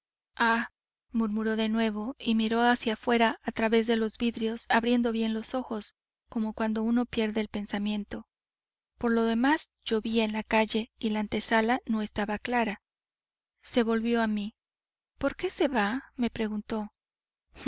murmuró de nuevo y miró hacia afuera a través de los vidrios abriendo bien los ojos como cuando uno pierde el pensamiento por lo demás llovía en la calle y la antesala no estaba clara se volvió a mí por qué se va me preguntó